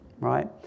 right